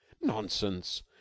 Nonsense